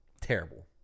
terrible